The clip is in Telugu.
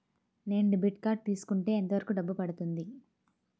నేను డెబిట్ కార్డ్ తీసుకుంటే ఎంత వరకు డబ్బు పడుతుంది?